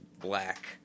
black